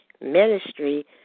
ministry